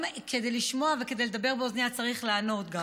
כדי לשמוע וכדי לדבר באוזנייה צריך גם לענות.